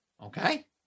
Okay